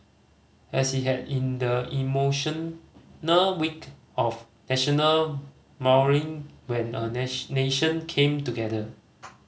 as he had in the emotional week of National Mourning when a nation came together